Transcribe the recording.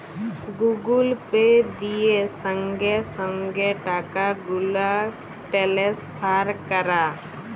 Google pay দিয়ে সংগে সংগে টাকাগুলা টেলেসফার ক্যরা